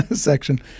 section